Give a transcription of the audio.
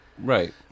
right